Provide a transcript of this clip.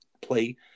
play –